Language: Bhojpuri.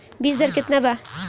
बीज दर केतना वा?